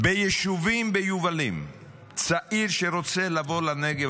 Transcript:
ביישובים ביובלים צעיר שרוצה לבוא לנגב,